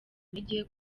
intege